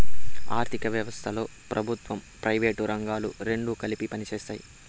ఆర్ధిక వ్యవస్థలో ప్రభుత్వం ప్రైవేటు రంగాలు రెండు కలిపి పనిచేస్తాయి